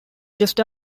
just